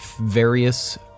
various